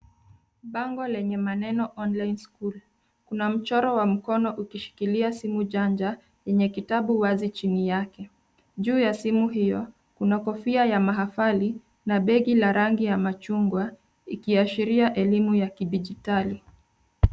Bango lenye maneno online school .Kuna mchoro wa mkono ukishikilia simu janja, yenye kitabu wazi chini yake. Juu ya simu hiyo kuna kofia ya mahafali na begi la rangi ya machungwa ikiashiria elimu ya kidijitali.